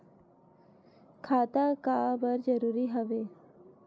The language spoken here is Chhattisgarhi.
खाता का बर जरूरी हवे?